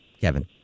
Kevin